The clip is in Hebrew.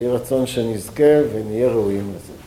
יהי רצון שנזכה ונהיה ראויים לזה.